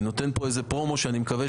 אני נותן פה איזה פרומו שאני מקווה